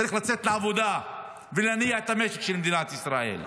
צריך לצאת לעבודה ולהניע את המשק של מדינת ישראל.